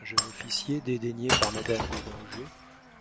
un jeune officier dédaigné par madame de langeais